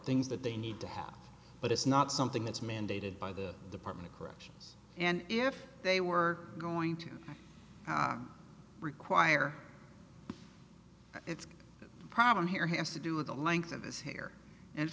things that they need to have but it's not something that's mandated by the department of corrections and if they were going to require it's a problem here has to do with the length of this here and